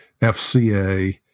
FCA